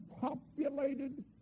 populated